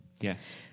Yes